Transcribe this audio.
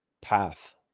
path